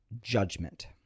judgment